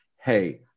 hey